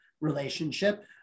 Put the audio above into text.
relationship